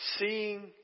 Seeing